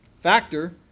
factor